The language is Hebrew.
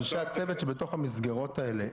אנשי הצוות שבתוך המסגרות האלה,